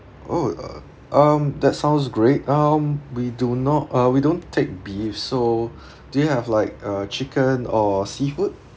oh uh um that sounds great um we do not uh we don't take beef so do you have like uh chicken or seafood